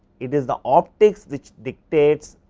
it is the optics which dictates,